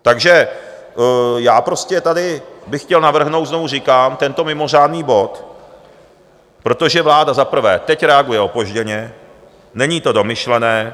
Takže já prostě tady bych chtěl navrhnout znovu říkám tento mimořádný bod, protože vláda za prvé teď reaguje opožděně, není to domyšlené.